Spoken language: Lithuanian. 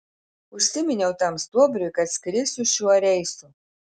užsiminiau tam stuobriui kad skrisiu šiuo reisu